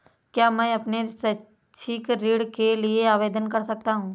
क्या मैं अपने शैक्षिक ऋण के लिए आवेदन कर सकता हूँ?